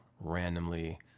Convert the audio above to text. randomly